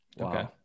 okay